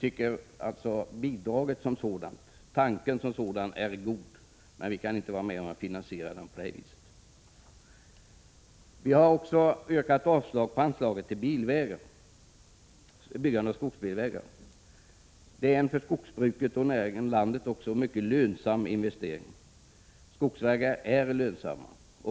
Tanken bakom bidraget är alltså god, men vi kan inte vara med om att finansiera det på detta sätt. Vi har också yrkat avslag på anslaget till byggande av skogsbilvägar. Detta är en för skogsbruket och för landet mycket lönsam investering. Skogsbilvägar är lönsamma.